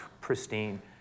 pristine